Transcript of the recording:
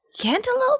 Cantaloupe